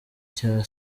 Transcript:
cya